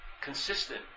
consistent